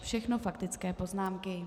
Všechno faktické poznámky.